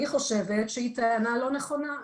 אני חושבת שהיא טענה לא נכונה.